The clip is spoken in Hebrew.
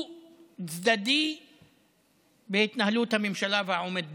דו-צדדי בהתנהלות הממשלה והעומד בראשה.